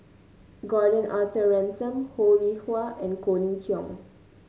Gordon Arthur Ransome Ho Rih Hwa and Colin Cheong